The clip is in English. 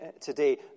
today